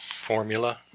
formula